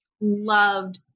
loved